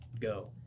go